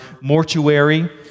mortuary